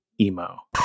emo